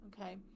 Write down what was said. Okay